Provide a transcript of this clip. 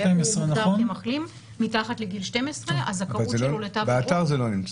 מוגדר כמחלים מתחת לגיל 12 אז הזכאות שלו לתו ירוק --- באתר זה לא נמצא.